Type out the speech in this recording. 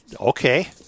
Okay